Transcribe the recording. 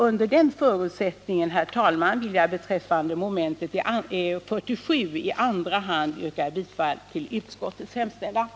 Under den förutsättningen vill jag beträffande mom. 47 i andra hand yrka bifall till utskottets hemställan.